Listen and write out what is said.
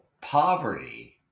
poverty